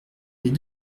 les